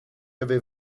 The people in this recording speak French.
avait